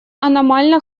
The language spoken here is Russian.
аномально